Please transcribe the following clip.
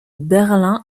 berlin